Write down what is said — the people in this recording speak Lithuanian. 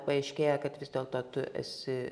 paaiškėja kad vis dėlto tu esi